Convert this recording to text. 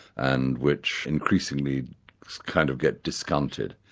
and which increasingly kind of get discounted.